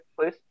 please